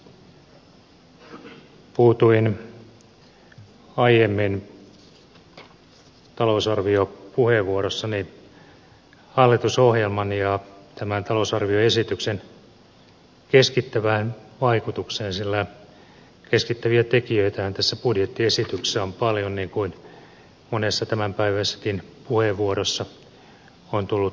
puutuin aiemmin talousarviopuheenvuorossani hallitusohjelman ja tämän talousarvioesityksen keskittävään vaikutukseen sillä keskittäviä tekijöitähän tässä budjettiesityksessä on paljon niin kuin monessa tämänpäiväisessäkin puheenvuorossa on tullut esille